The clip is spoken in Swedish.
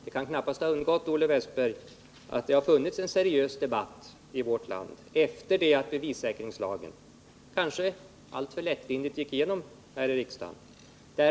Det kan knappast ha undgått Olle Westberg att det har funnits en seriös debatt i vårt land efter det att bevissäkringslagen kanske alltför lättvindigt gick igenom här i riksdagen.